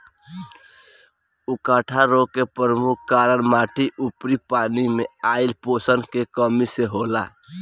उकठा रोग के परमुख कारन माटी अउरी पानी मे आइल पोषण के कमी से होला